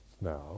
now